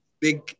big